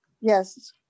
Yes